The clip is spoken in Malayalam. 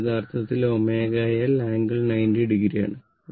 ഇത് യഥാർത്ഥത്തിൽ ω L ആംഗിൾ 90o ആണ്